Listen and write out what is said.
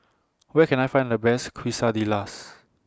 Where Can I Find The Best Quesadillas